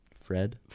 Fred